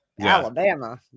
Alabama